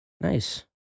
Nice